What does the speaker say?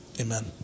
Amen